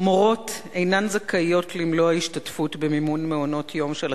מורות אינן זכאיות למלוא ההשתתפות במימון מעונות-יום של התמ"ת,